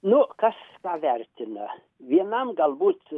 nu kas ką vertina vienam galbūt